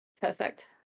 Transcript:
perfect